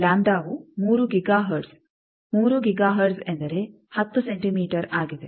ಲಾಂಬ್ಡಾವು 3 giga hertz 3 giga ಹರ್ಟ್ಜ್ ಎಂದರೆ 10 centimetre ಆಗಿದೆ